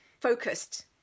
focused